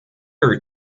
are